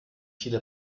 viele